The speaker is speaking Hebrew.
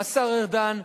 השר ארדן,